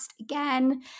again